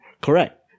Correct